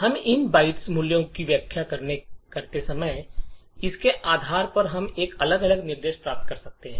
हम इन बाइट मूल्यों की व्याख्या कैसे करते हैं इसके आधार पर हम अलग अलग निर्देश प्राप्त कर सकते हैं